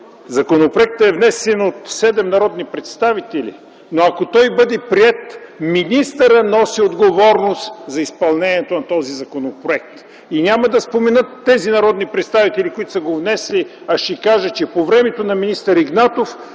Законопроектът е внесен от седем народни представители, но ако той бъде приет, министърът носи отговорност за изпълнението на този законопроект. И няма да споменат тези народни представители, които са го внесли, а ще кажат, че по времето на министър Игнатов